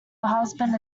husband